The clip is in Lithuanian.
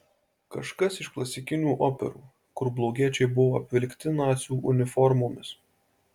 kažkas iš klasikinių operų kur blogiečiai buvo apvilkti nacių uniformomis